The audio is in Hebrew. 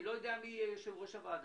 אני לא יודע מי יהיה יושב-ראש הוועדה,